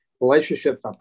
relationships